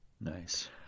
Nice